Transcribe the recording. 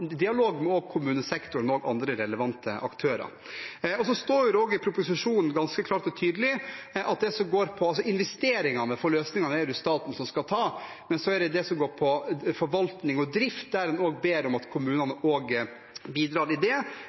dialog med kommunesektoren og andre relevante aktører. Så står det også ganske klart og tydelig i proposisjonen at investeringene for løsningene er det staten som skal ta, men en ber om at kommunene også bidrar når det gjelder forvaltning og drift. Det står også i proposisjonen at hvis det som gjelder forvaltning og